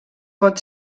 pot